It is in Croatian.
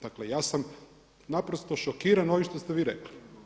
Dakle, ja sam naprosto šokiran s ovim što ste vi rekli.